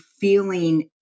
feeling